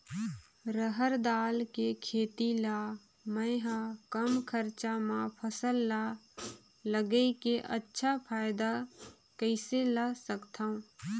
रहर दाल के खेती ला मै ह कम खरचा मा फसल ला लगई के अच्छा फायदा कइसे ला सकथव?